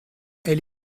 elle